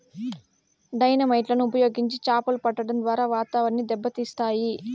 dynamite లను ఉపయోగించి చాపలు పట్టడం ద్వారా వాతావరణాన్ని దెబ్బ తీస్తాయి